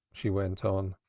she went on.